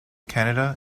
canada